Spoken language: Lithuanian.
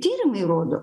tyrimai rodo